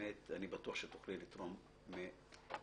אני בטוח שתוכלי לתרום מניסיונך.